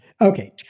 Okay